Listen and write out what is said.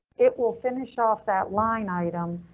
it will finish off that line item,